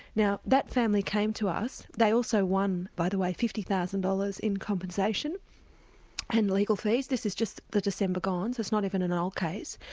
now that family came to us, they also won, by the way, fifty thousand dollars in compensation and legal fees. this is just the december gone, so it's not even an old case,